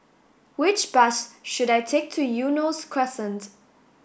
which bus should I take to Eunos Crescent